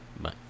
bye